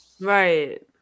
right